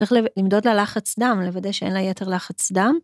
צריך למדוד לה לחץ דם, לוודא שאין לה יתר לחץ דם.